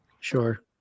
Sure